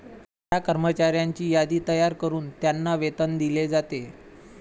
त्या कर्मचाऱ्यांची यादी तयार करून त्यांना वेतन दिले जाते